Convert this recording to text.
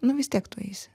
nu vis tiek tu eisi